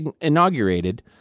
inaugurated